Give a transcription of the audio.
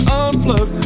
unplug